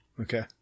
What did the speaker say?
Okay